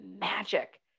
magic